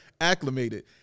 acclimated